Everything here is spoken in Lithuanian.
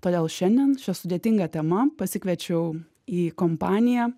todėl šiandien šia sudėtinga tema pasikviečiau į kompaniją